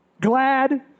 glad